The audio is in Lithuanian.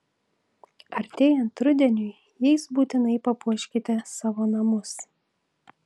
artėjant rudeniui jais būtinai papuoškite savo namus